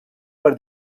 per